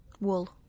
Wool